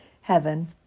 Heaven